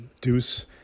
Deuce